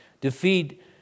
defeat